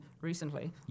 recently